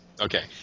Okay